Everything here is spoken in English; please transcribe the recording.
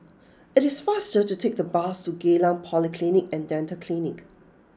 it is faster to take the bus to Geylang Polyclinic and Dental Clinic